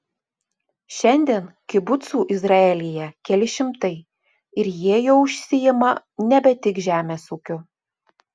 šiandien kibucų izraelyje keli šimtai ir jie jau užsiima nebe tik žemės ūkiu